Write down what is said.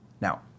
Now